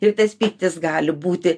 ir tas pyktis gali būti